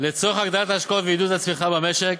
לצורך הגדלת ההשקעות ועידוד הצמיחה במשק